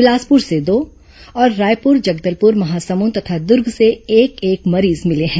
बिलासपुर से दो और रायपुर जगदलपुर महासमुंद तथा दुर्ग से एक एक मरीज मिले हैं